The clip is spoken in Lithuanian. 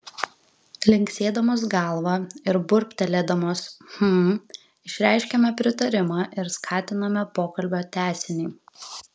linksėdamos galvą ir burbteldamos hm išreiškiame pritarimą ir skatiname pokalbio tęsinį